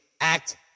act